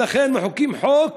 ולכן מחוקקים חוק,